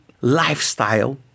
lifestyle